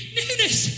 newness